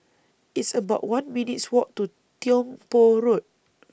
It's about one minutes' Walk to Tiong Poh Road